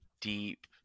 deep